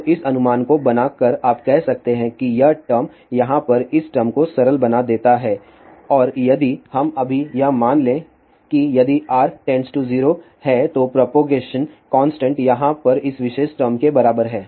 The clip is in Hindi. तो इस अनुमान को बनाकर आप कह सकते हैं कि यह टर्म यहाँ पर इस टर्म को सरल बना देता है और यदि हम अभी यह मान लें कि यदि R0 है तो प्रोपगेशन कांस्टेंट यहाँ पर इस विशेष टर्म के बराबर है